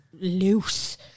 loose